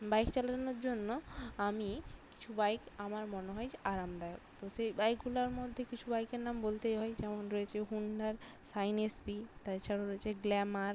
bike চালানোর জন্য আমি কিছু বাইক আমার মনে হয় যে আরাম দায়ক তো সেই বাইকগুলার মধ্যে কিছু বাইকের নাম বলতেই হয় যেমন রয়েছে হুন্ডার সাইন এস পি তা এছাড়াও রয়েছে গ্ল্যামার